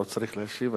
לא צריך להשיב.